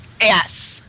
Yes